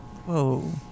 Whoa